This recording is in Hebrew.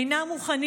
אינם מוכנים